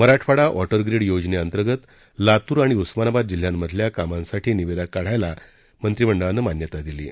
Marathwada water grid योजनेअंतर्गत लातूर आणि उस्मानाबाद जिल्ह्यांतल्या कामांसाठी निविदा काढण्यास राज्यमंत्रिमंडळाने मान्यता दिली आहे